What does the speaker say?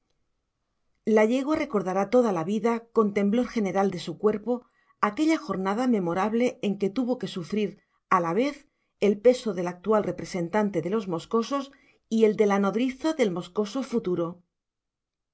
la yegua recordará toda la vida con temblor general de su cuerpo aquella jornada memorable en que tuvo que sufrir a la vez el peso del actual representante de los moscosos y el de la nodriza del moscoso futuro